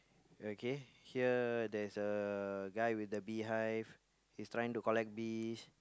okay here there's a guy with the beehive he's trying to collect bees